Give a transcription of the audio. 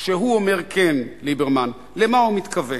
כשהוא אומר כן, ליברמן, למה הוא מתכוון?